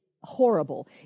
horrible